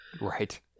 Right